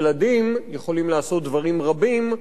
ילדים יכולים לעשות דברים רבים,